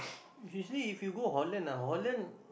usually if you go Holland ah Holland